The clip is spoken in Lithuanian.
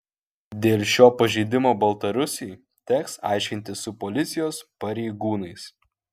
dėl šio pažeidimo baltarusiui teks aiškintis su policijos pareigūnais